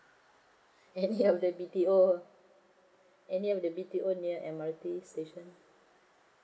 any of the B_T_O any of the B_T_O near M_R_T station